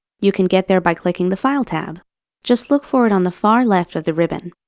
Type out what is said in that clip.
you can get there by clicking the file tab just look for it on the far left of the ribbon.